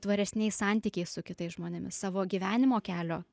tvaresniais santykiais su kitais žmonėmis savo gyvenimo kelio